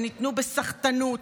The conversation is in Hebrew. שניתנו בסחטנות,